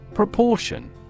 Proportion